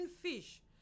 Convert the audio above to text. fish